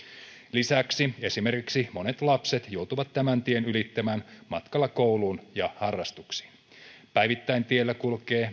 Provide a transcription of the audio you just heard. lisäksi esimerkiksi monet lapset joutuvat tämän tien ylittämään matkalla kouluun ja harrastuksiin päivittäin tiellä kulkee